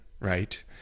right